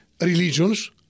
religions